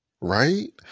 Right